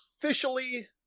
officially